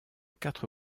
quatre